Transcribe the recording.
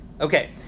Okay